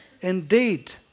Indeed